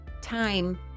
time